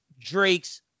Drake's